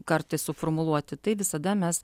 kartais suformuluoti tai visada mes